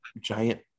giant